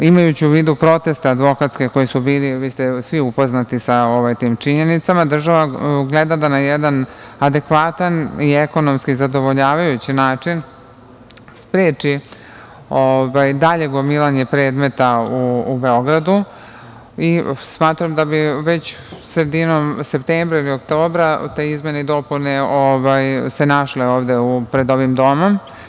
Imajući u vidu proteste advokata, svi ste upoznati sa tim činjenicama, država gleda da na jedan adekvatan i ekonomski zadovoljavajući način spreči dalje gomilanje predmeta u Beogradu i smatram da bi se već sredinom septembra ili oktobra te izmene i dopune našle ovde pred ovim domom.